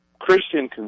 Christian